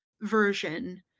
version